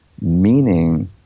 meaning